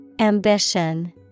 Ambition